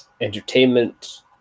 entertainment